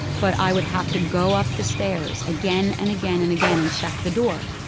but i would have to go up the stairs again and again and again and check the door.